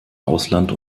ausland